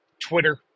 Twitter